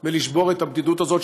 ולשבור את הבדידות הזאת,